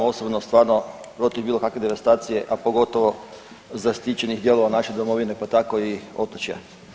Ja sam osobno stvarno protiv bilo kakve devastacije, a pogotovo zaštićenih dijelova naše domovine pa tako i otočja.